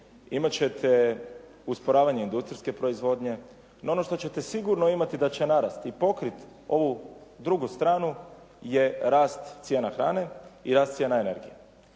imat ćete usporavanje industrijske proizvodnje. No ono što ćete sigurno imati da će narasti i pokriti ovu drugu stranu je rast cijena hrane i rast cijena energije.